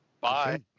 Bye